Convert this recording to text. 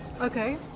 Okay